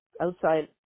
outside